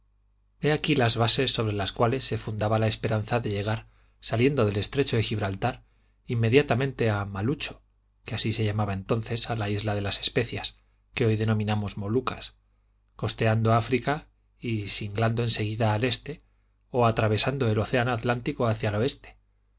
he aquí las bases sobre las cuales se fundaba la esperanza de llegar saliendo del estrecho de gibraltar inmediatamente a malucho así se llamaba entonces a las islas de las especias que hoy denominamos molucas costeando áfrica y singlando en seguida al este o atravesando el océano atlántico hacia el oeste